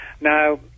Now